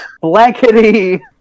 blankety